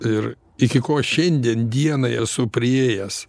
ir iki ko šiandien dienai esu priėjęs